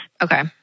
Okay